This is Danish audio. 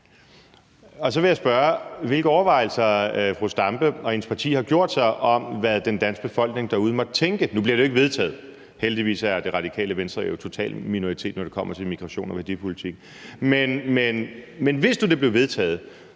og så vil jeg spørge, hvilke overvejelser fru Zenia Stampe og hendes parti har gjort sig om, hvad den danske befolkning måtte tænke. Nu bliver det jo ikke vedtaget. Heldigvis er Radikale Venstre jo totalt en minoritet, når det kommer til migrations- og værdipolitik. Men hvis det nu blev vedtaget,